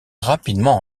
rapidement